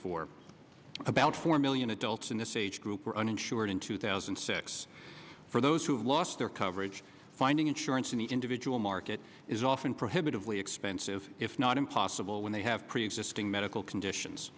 four about four million adults in this age group were uninsured in two thousand and six for those who have lost their coverage finding insurance in the individual market is often prohibitively expensive if not impossible when they have preexisting medical conditions